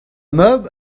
mab